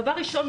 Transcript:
דבר ראשון,